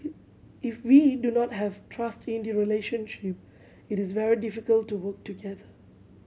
if we do not have trust in the relationship it is very difficult to work together